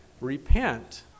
Repent